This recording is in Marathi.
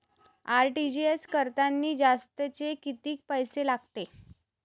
आर.टी.जी.एस करतांनी जास्तचे कितीक पैसे लागते?